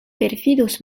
perfidos